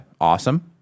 awesome